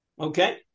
Okay